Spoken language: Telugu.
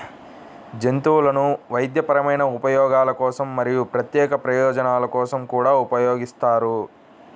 జంతువులను వైద్యపరమైన ఉపయోగాల కోసం మరియు ప్రత్యేక ప్రయోజనాల కోసం కూడా ఉపయోగిస్తారు